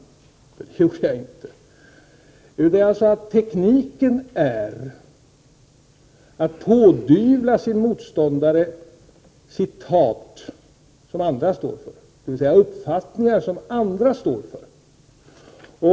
Det gjorde jag inte. Jag sade att tekniken är att genom citat pådyvla sin motståndare uppfattningar som andra står för.